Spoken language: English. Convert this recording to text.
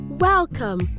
Welcome